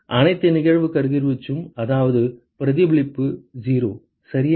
அனைத்து நிகழ்வு கதிர்வீச்சும் அதாவது பிரதிபலிப்பு 0 சரியா